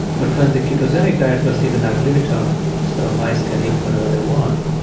but when the ketogenic diet was given ad libitum, so mice can eat whenever they want,